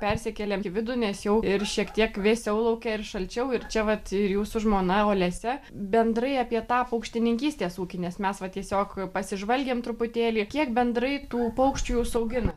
persikėlėm į vidų nes jau ir šiek tiek vėsiau lauke ir šalčiau ir čia vat ir jūsų žmona olesia bendrai apie tą paukštininkystės ūkį nes mes va tiesiog pasižvalgėm truputėlį kiek bendrai tų paukščių jūs augina